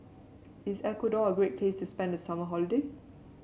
is Ecuador a great place to spend the summer holiday